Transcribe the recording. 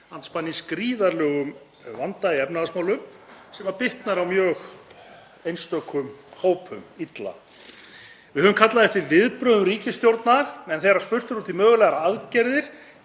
andspænis gríðarlegum vanda í efnahagsmálum sem bitnar illa á mjög einstökum hópum. Við höfum kallað eftir viðbrögðum ríkisstjórnar en þegar spurt er út í mögulegar aðgerðir